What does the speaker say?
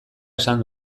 esan